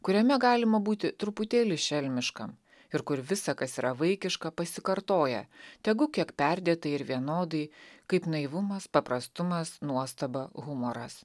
kuriame galima būti truputėlį šelmiškam ir kur visa kas yra vaikiška pasikartoja tegu kiek perdėtai ir vienodai kaip naivumas paprastumas nuostaba humoras